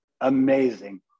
amazing